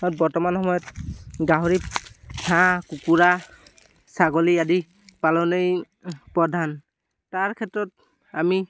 বৰ্তমান সময়ত গাহৰি হাঁহ কুকুৰা ছাগলী আদি পালনেই প্ৰধান তাৰ ক্ষেত্ৰত আমি